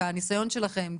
הניסיון שלכם,